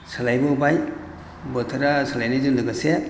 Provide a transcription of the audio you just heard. सोलायबोबाय बोथोरा सोलायनायजों लोगोसे